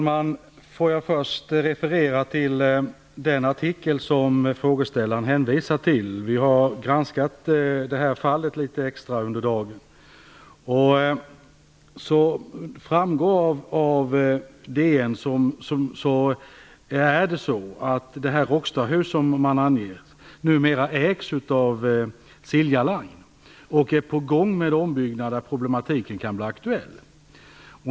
Herr talman! Först vill jag referera till den artikel som frågeställaren hänvisade till. Vi har granskat fallet under dagen. Av DN framgår att Råckstahus numera ägs av Silja Line och är på gång med ombyggnad där problemet kan bli aktuellt.